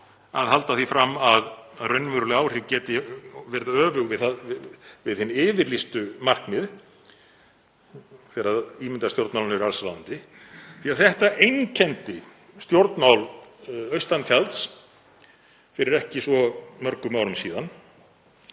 að halda því fram að raunveruleg áhrif geti verið öfug við hin yfirlýstu markmið þegar ímyndarstjórnmálin eru allsráðandi því þetta einkenndi stjórnmál austan tjalds fyrir ekki svo mörgum árum síðan.